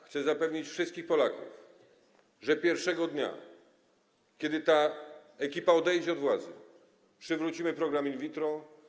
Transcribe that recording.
Chcę zapewnić wszystkich Polaków, że pierwszego dnia, kiedy ta ekipa odejdzie od władzy, przywrócimy program in vitro.